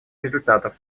результатов